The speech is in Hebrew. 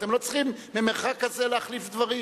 אתם לא צריכים ממרחק כזה להחליף דברים.